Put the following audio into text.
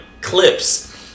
clips